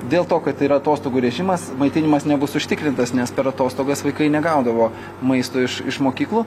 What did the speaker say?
dėl to kad yra atostogų režimas maitinimas nebus užtikrintas nes per atostogas vaikai negaudavo maisto iš iš mokyklų